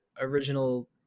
original